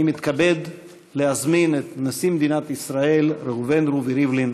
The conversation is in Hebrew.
אני מתכבד להזמין את נשיא מדינת ישראל ראובן רובי ריבלין